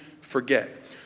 forget